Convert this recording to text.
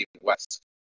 West